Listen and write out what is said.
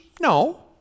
No